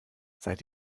seid